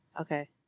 Okay